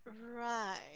Right